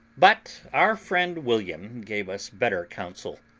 but our friend william gave us better counsel,